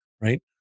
right